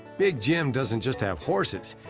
big jim doesn't just have horses,